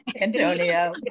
Antonio